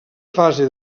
fase